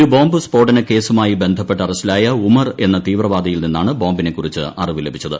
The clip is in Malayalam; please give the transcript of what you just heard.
ഒരു ബോബ് സ്ഫോടനക്കേസുമായി ബന്ധപ്പെട്ട് അറസ്റ്റിലായ ഉമർ എന്ന തീവ്രവാദിയിൽ നിന്നാണ് ബോബിനെക്കുറിച്ച് അറിവ് ലഭിച്ചത്